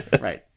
Right